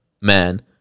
man